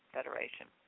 Federation